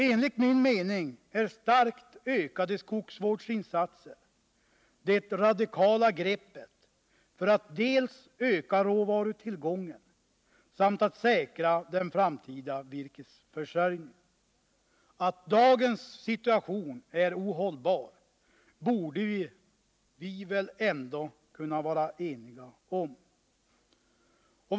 Enligt min mening är starkt ökade skogsvårdsinsatser det radikala greppet för att dels öka råvarutillgången, dels säkra den framtida virkesförsörjningen. Att dagens situation är ohållbar, borde vi väl ändå kunna vara eniga om.